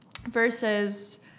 versus